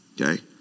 Okay